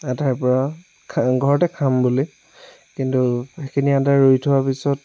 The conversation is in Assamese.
এঠাইৰ পৰা ঘৰতে খাম বুলি কিন্তু সেইখিনি আদা ৰুই থোৱাৰ পিছত